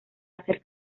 hacer